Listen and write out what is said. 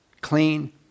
clean